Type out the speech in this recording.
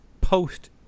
post